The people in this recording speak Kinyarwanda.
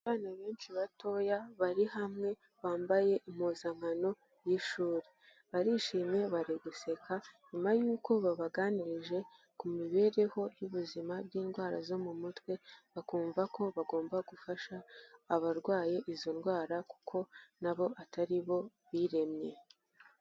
Abana benshi batoya bari hamwe, bambaye impuzankano y'ishuri, barishimye bari guseka, nyuma y'uko babaganirije ku mibereho y'ubuzima bw'indwara zo mu mutwe, bakumva ko bagomba gufasha abarwaye izo ndwara kuko nabo atari bo biremye.